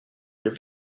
their